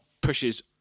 pushes